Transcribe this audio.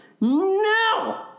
No